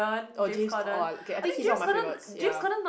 oh James-Cor~ oh K I think he's one of my favourites ya